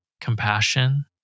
compassion